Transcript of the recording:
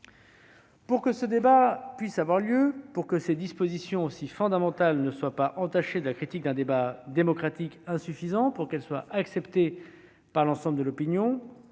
Pour que ce débat puisse avoir lieu, pour que des dispositions aussi fondamentales ne soient pas entachées de la critique d'un débat démocratique insuffisant, pour qu'elles soient acceptées par l'ensemble de l'opinion,